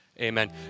Amen